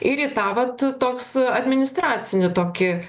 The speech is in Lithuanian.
ir į tą vat toks administracinį tokį